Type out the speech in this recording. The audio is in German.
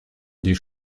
die